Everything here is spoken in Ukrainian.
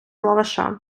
лаваша